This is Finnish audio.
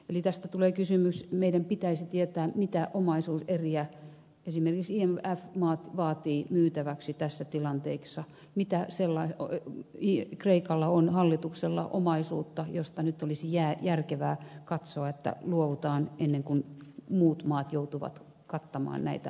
eli meidän pitäisi tietää mitä omaisuuseriä esimerkiksi imf vaatii myytäväksi tässä tilanteessa mitä sellaista omaisuutta kreikalla hallituksella on josta nyt olisi järkevää katsoa että luovutaan ennen kuin muut maat joutuvat kattamaan näitä velkoja